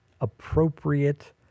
appropriate